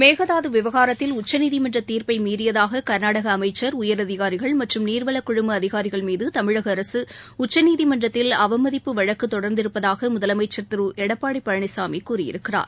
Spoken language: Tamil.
மேகதாது விவகாரத்தில் உச்சநீதிமன்ற தீர்ப்பை மீறியதாக கர்நாடக அமைச்சர் உயரதிகாரிகள் மற்றும் நீர்வள குழும அதிகாரிகள் மீது தமிழக அரசு உச்சநீதிமன்றத்தில் அவமதிப்பு வழக்கு தொடர்ந்திருப்பதாக முதலமைச்சர் திரு எடப்பாடி பழனிசாமி கூறியிருக்கிறார்